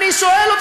אני שואל.